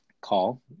call